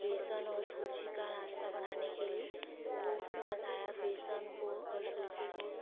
बेसन और सूज का नाश्ता बनाने के लिए तो वो उसमें बताया बेसन को और सूजी को